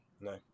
No